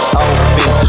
open